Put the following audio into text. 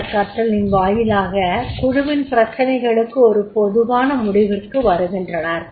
அந்த கற்றலின் வாயிலாக குழுவின் பிரச்சினைகளுக்கு ஒரு பொதுவான முடிவிற்கு வருகின்றனர்